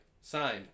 signed